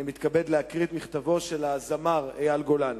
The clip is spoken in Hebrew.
אני מתכבד להקריא את מכתבו של הזמר אייל גולן: